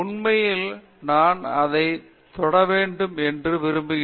உண்மையில் நான் அதைத் தொட வேண்டும் என்று விரும்புகிறேன்